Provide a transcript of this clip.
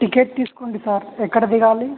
ticket తీసుకోండి sir ఎక్కడ దిగాలి